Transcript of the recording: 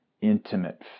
intimate